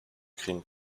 crime